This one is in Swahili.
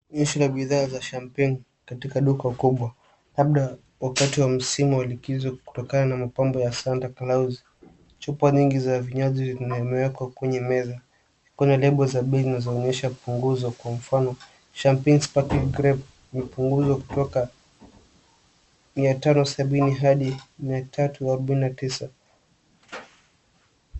Onyesho la bidhaa za champagne katika duka kubwa, labda wakati wa msimu wa likizo kutokana na mapambo ya Santa Claus . Chupa nyingi za vinywaji zimewekwa kwenye meza. Kuna lebo za bei zinazoonyesha punguzo, kwa mfano champagne sparkling grape imepunguzwa kutoka mia tano sabini hadi mia tatu arubaini na tisa.